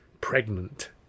pregnant